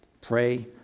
pray